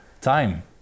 time